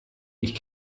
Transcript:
ich